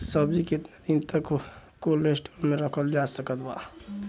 सब्जी केतना दिन तक कोल्ड स्टोर मे रखल जा सकत बा?